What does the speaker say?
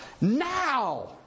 now